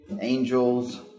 angels